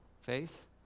faith